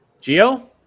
Geo